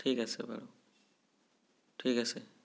ঠিক আছে বাৰু ঠিক আছে